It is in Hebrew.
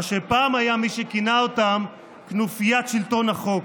למה שפעם היה מי שכינה אותם "כנופיית שלטון החוק".